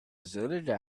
cylinder